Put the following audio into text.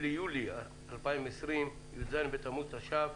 6 ביולי 2020, י"ד בתמוז התש"ף.